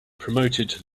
promoted